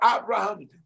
Abraham